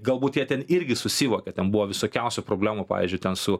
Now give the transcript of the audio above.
galbūt jie ten irgi susivokė ten buvo visokiausių problemų pavyzdžiui ten su